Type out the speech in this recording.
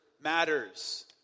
matters